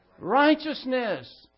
Righteousness